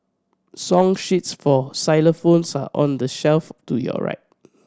song sheets for xylophones are on the shelf to your right